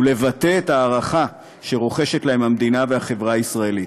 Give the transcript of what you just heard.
ולבטא את ההערכה שרוחשות להם המדינה והחברה הישראלית.